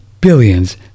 billions